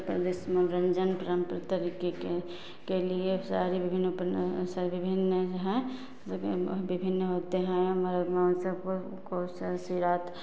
उत्तर प्रदेश में मनोरंजन पारम्परिक तरीके के लिए सारी विभिन्न हैं विभिन्न हैं विभिन्न होते हैं हमारे सब को शिवरात्रि